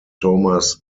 thomas